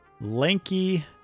lanky